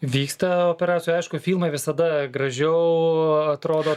vyksta operacijų aišku filmai visada gražiau atrodo